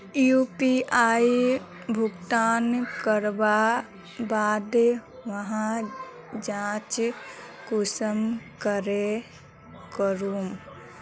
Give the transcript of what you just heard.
UPI भुगतान करवार बाद वहार जाँच कुंसम करे करूम?